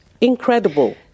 incredible